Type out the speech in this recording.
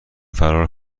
فرار